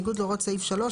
בניגוד להוראות סעיף 3,